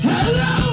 Hello